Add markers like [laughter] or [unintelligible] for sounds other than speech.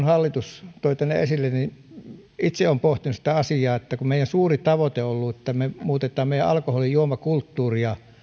[unintelligible] hallitus toi tänne esille olen itse pohtinut sitä asiaa että kun meidän suuri tavoite on ollut että me muutamme meidän alkoholijuomakulttuuria